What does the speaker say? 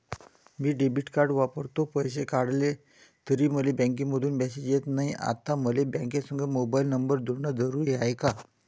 मी debit card वापरतो, पैसे काढले तरी मले बँकेमंधून मेसेज येत नाय, आता मले बँकेसंग मोबाईल नंबर जोडन जरुरीच हाय का?